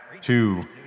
Two